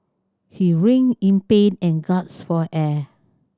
he writhed in pain and gasped for air